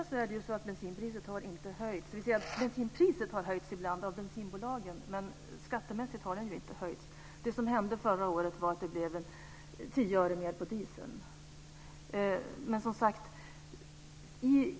Herr talman! Till att börja med har bensinpriset visserligen ibland höjts av bensinbolagen, men det har inte höjts skattevägen. Det som hände förra året var att det lades ytterligare 10 öre på dieseln.